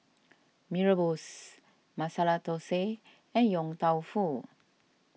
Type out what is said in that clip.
Mee Rebus Masala Thosai and Yong Tau Foo